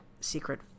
Secret